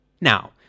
Now